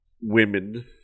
women